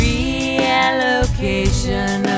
Reallocation